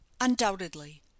Undoubtedly